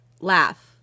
laugh